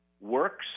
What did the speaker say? Works